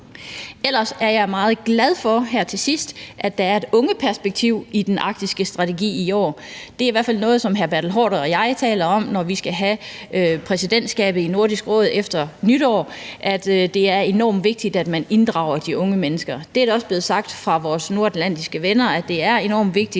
Ellers er jeg meget glad for her til sidst, at der er et ungeperspektiv i den arktiske strategi i år. Det er i hvert fald noget, som hr. Bertel Haarder og jeg taler om, når vi skal have præsidentskabet i Nordisk Råd efter nytår: At det er enormt vigtigt, at man inddrager de unge mennesker. Det er også blevet sagt fra vores nordatlantiske venner, at det er enormt vigtigt.